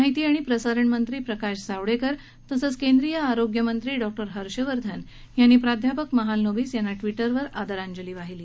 माहिती आणि प्रसारणमंत्री प्रकाश जावडेकर तसंच केंद्रीय आरोग्य मंत्री डॉक्टरि हर्षवर्धन यांनी प्राध्यापक महालनोबिस यांना िििवर आदरांजली वाहिली